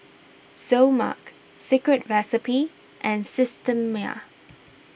Seoul Mark Secret Recipe and Systema